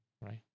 right